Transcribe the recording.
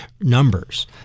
numbers